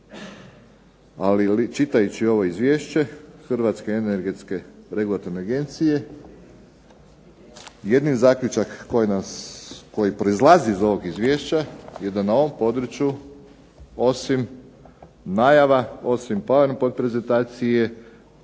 ali čitajući ovo izvješće Hrvatske energetske regulatorne agencije jedini zaključak koji proizlazi iz ovog izvješća je da na ovom području osim najava osim PowerPoint prezentacije